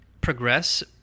progress